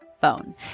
phone